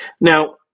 Now